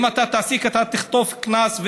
אם אתה תעסיק, אתה תחטוף קנס.